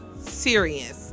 serious